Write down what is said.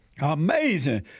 Amazing